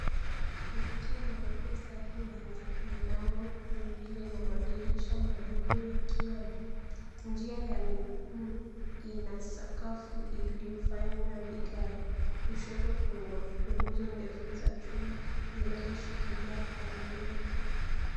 Ukuta mweupe safi wenye milango miwili na madirisha madogo yakiwa juu. Njia ya miguu ina sakafu iliyo fanya vikali. Kushoto kuna nguzo ndefu za chuma zinazoshikilia paa la nyumba.